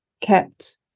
kept